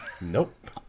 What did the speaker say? Nope